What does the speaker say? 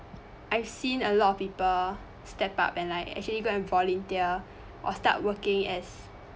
i've seen a lot of people step up and like actually go and volunteer or start working as